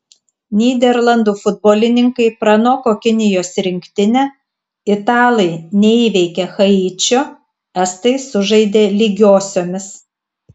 nyderlandų futbolininkai pranoko kinijos rinktinę italai neįveikė haičio estai sužaidė lygiosiomis